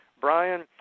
Brian